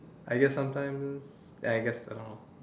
I guess sometimes I guess I don't know